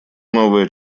новая